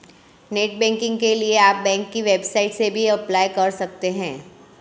net banking के लिए आप बैंक की वेबसाइट से भी अप्लाई कर सकते है